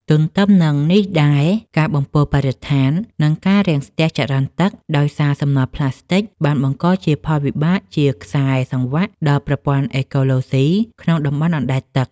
ទន្ទឹមនឹងនេះដែរ ការបំពុលបរិស្ថាន និងការរាំងស្ទះចរន្តទឹក ដោយសារសំណល់ផ្លាស្ទិក បានបង្កជាផលវិបាកជាខ្សែសង្វាក់ដល់ប្រព័ន្ធអេកូឡូស៊ីក្នុងតំបន់អណ្ដែតទឹក។